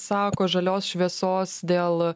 sako žalios šviesos dėl